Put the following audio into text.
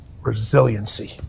Resiliency